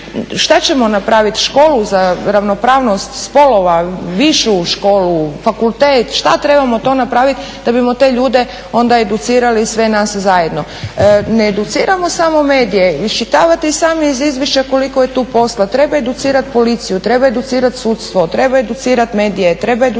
šta ćemo napravit školu za ravnopravnost spolova, višu školu, fakultet, šta trebamo to napraviti da bismo te ljude onda educirali i sve nas zajedno? Ne educiramo samo medije. Iščitavate sami iz izvješća koliko je tu posla. Treba educirati policiju, treba educirati sudstvo, treba educirati medije, treba educirati